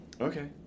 Okay